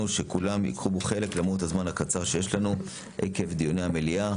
שכולם ייקחו בו חלק למרות הזמן הקצר שיש לנו עקב דיוני המליאה.